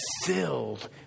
filled